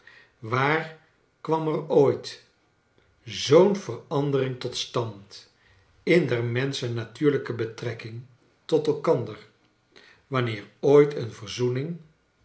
waar kwam er ooit zoo'n verandering tot stand in der menschen natuurlijke betrekking tot elkander wanneer ooit een verzoening